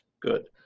Good